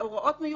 הוראות מיוחדות,